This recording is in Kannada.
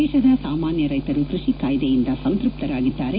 ದೇಶದ ಸಾಮಾನ್ಯ ರೈಶರು ಕೃಷಿ ಕಾಯ್ದೆಯಿಂದ ಸಂತ್ಯಪ್ತರಾಗಿದ್ದಾರೆ